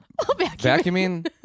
vacuuming